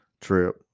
trip